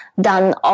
done